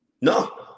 No